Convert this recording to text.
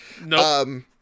No